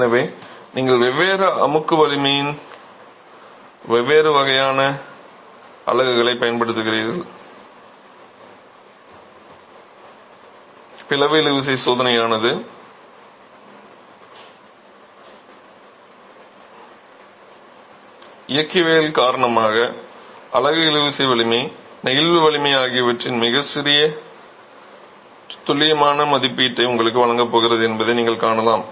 எனவே நீங்கள் வெவ்வேறு அமுக்கு வலிமைகளின் வெவ்வேறு வகையான அலகுகளைப் பயன்படுத்துகிறீர்கள் பிளவு இழுவிசை சோதனையானது இயக்கவியல் காரணமாக அலகு இழுவிசை வலிமை நெகிழ்வு வலிமை ஆகியவற்றின் மிகத் துல்லியமான மதிப்பீட்டை உங்களுக்கு வழங்கப் போகிறது என்பதை நீங்கள் காணலாம்